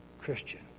Christian